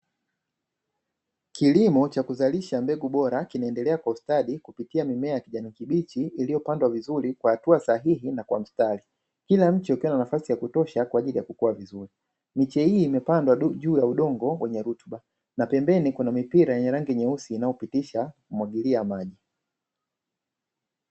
Kilimo cha kuzalisha mbegu bora kinaendelea kwa ustadi kupitia mimea ya kijana kibichi iliyopandwa vizuri kwa hatua sahihi na kwa mstari, kila mche ukiwa na nafasi ya kutosha kwa ajili ya kukua vizuri, miche hii imepandwa juu ya udongo kwenye rutuba na pembeni kuna mipira yenye rangi nyeusi inayopitisha umwagiliaji.